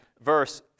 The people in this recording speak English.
verse